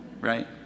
right